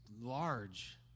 large